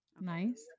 Nice